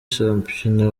shampiyona